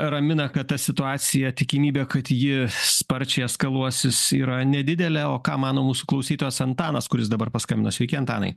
ramina kad ta situacija tikimybė kad ji sparčiai eskaluosis yra nedidelė o ką mano mūsų klausytojas antanas kuris dabar paskambino sveiki antanai